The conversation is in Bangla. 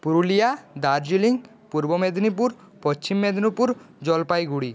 পুরুলিয়া দার্জিলিং পূর্ব মেদিনীপুর পশ্চিম মেদিনীপুর জলপাইগুড়ি